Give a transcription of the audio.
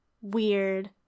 weird